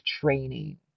training